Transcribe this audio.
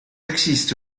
existe